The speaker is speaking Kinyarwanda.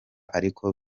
ariko